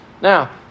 Now